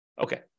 Okay